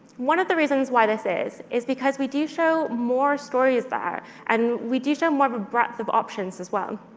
one of the reasons why this is is because we do show more stories there and we do show more of a breadth of options, as well.